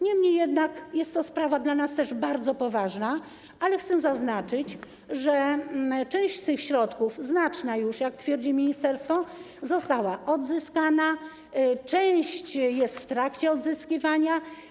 Niemniej jednak jest to dla nas sprawa bardzo poważna, ale chcę zaznaczyć, że część z tych środków - znaczna już, jak twierdzi ministerstwo - została odzyskana, część jest w trakcie odzyskiwania.